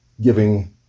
giving